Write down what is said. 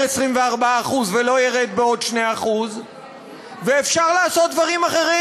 24% ולא ירד בעוד 2%. אפשר לעשות דברים אחרים.